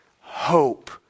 Hope